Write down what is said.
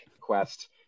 quest